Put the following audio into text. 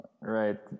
right